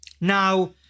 Now